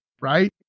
right